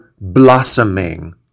blossoming